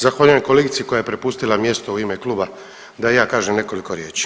Zahvaljujem kolegici koja je prepustila mjesto u ime kluba da ja kažem nekoliko riječi.